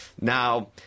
Now